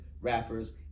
rappers